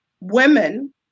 women